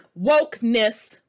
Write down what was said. wokeness